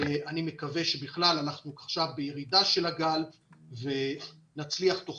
אני מקווה שאנחנו עכשיו בירידה של הגל ונצליח תוך